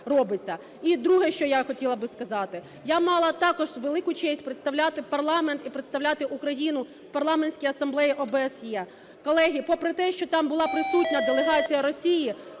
І друге, що я хотіла би сказати. Я мала також велику честь представляти парламент і представляти Україну в Парламентській асамблеї ОБСЄ. Колеги, попри те, що там була присутня делегація Росії,